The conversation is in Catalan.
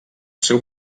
seu